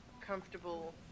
comfortable